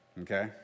Okay